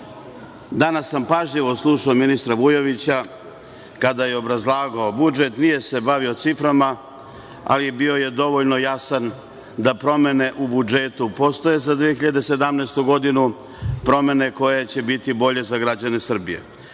sam pažljivo slušao ministra Vujovića kada je obrazlagao budžet. Nije se bavio ciframa, ali je bio dovoljno jasan da promene u budžetu postoje za 2017. godinu, promene koje će biti bolje za građane Srbije. Ono